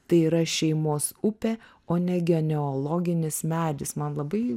tai yra šeimos upė o ne genealoginis medis man labai